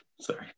Sorry